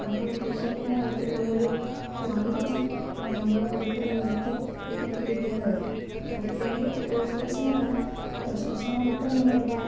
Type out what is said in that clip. നമ്മൾ ഉദ്ദേശിക്കുന്ന തരത്തിലുള്ളൊരു ക്വാളിറ്റി നമ്മൾ കൊടുക്കുന്ന വിലയ്ക്ക് നമുക്ക് കിട്ടിയെന്ന് വരില്ല അതൊക്കെ അതിന്റെ ദോഷവശങ്ങളാണ് ദോഷവശങ്ങളോടൊപ്പം തന്നെ ഒരുപാട്